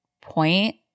point